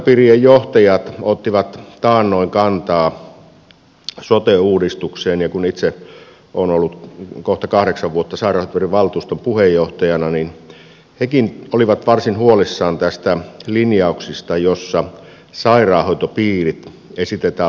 sairaanhoitopiirien johtajat ottivat taannoin kantaa sote uudistukseen ja kun itse olen ollut kohta kahdeksan vuotta sairaanhoitopiirin valtuuston puheenjohtajana niin hekin olivat varsin huolissaan tästä linjauksesta jossa sairaanhoitopiirit esitetään lakkautettaviksi